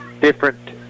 different